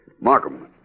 Markham